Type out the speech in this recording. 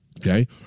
Okay